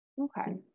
Okay